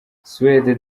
suede